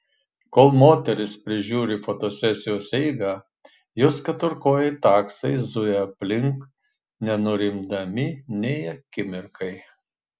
kol moteris prižiūri fotosesijos eigą jos keturkojai taksai zuja aplink nenurimdami nė akimirkai